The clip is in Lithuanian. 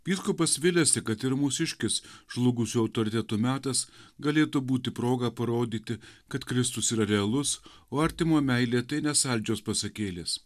vyskupas viliasi kad ir mūsiškis žlugusių autoritetų metas galėtų būti proga parodyti kad kristus yra realus o artimo meilė tai ne saldžios pasakėlės